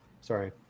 sorry